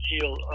heal